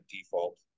default